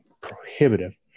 prohibitive